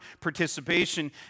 participation